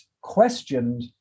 questioned